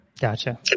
Gotcha